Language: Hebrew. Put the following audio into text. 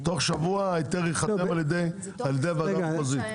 תוך שבוע ההיתר ייחתם על ידי הוועדה המחוזית.